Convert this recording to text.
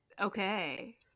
okay